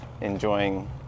enjoying